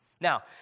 Now